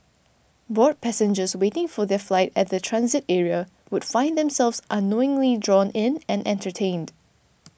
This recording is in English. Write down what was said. bored passengers waiting for their flight at the transit area would find themselves unknowingly drawn in and entertained